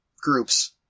groups